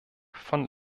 von